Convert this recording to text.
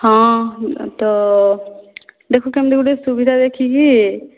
ହଁ ତ ଦେଖ କେମିତି ଗୋଟେ ସୁବିଧା ଦେଖିକି